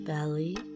Belly